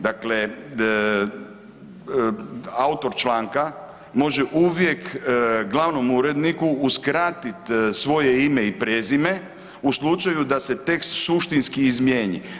Dakle, autor članka može uvijek glavnom uredniku uskratiti svoje ime i prezime u slučaju da se tekst suštinski izmijeni.